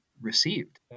received